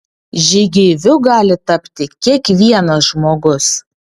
žygeiviu gali tapti kiekvienas žmogus